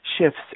shifts